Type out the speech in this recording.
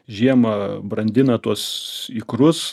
žiemą brandina tuos ikrus